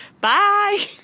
bye